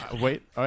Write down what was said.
wait